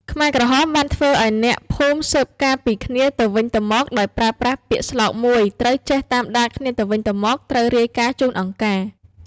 ខ្មែរក្រហមបានធ្វើឱ្យអ្នកភូមិស៊ើបការណ៍ពីគ្នាទៅវិញទៅមក ដោយប្រើប្រាស់ពាក្យស្លោកមួយ “ត្រូវចេះ តាមដានគ្នាទៅវិញទៅមក ត្រូវរាយការណ៍ជូនអង្គការ”។